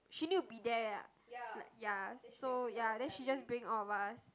she need to be there ah like ya so ya then she just bring all of us